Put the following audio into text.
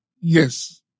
yes